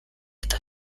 eta